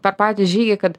per patį žygį kad